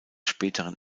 späteren